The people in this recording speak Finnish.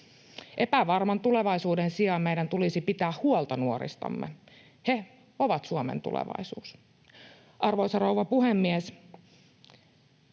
Epävarman tulevaisuuden sijaan meidän tulisi pitää huolta nuoristamme — he ovat Suomen tulevaisuus. Arvoisa rouva puhemies!